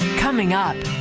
coming up.